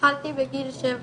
התחלתי בגיל 7